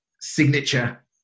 signature